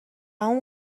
اون